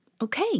Okay